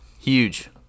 Huge